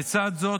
לצד זאת,